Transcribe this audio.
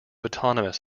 autonomous